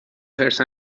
حرص